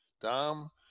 Dom